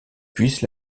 puisse